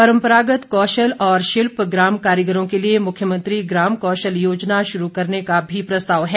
परम्परागत कौशल और शिल्प ग्राम कारिगरों के लिए मुख्यमंत्री ग्राम कौशल योजना शुरू करने का भी प्रस्ताव है